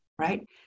right